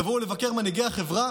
יבואו לבקר מנהיגי החברה,